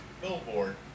billboard